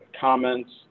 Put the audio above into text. comments